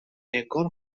انگار